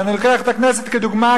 ואני לוקח את הכנסת כדוגמה,